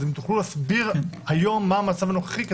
האם תוכלו להסביר מה המצב הנוכחי היום?